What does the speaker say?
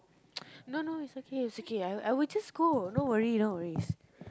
no no it's okay it's okay I will just go no worry no worries